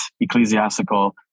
ecclesiastical